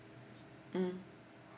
mm